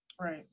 Right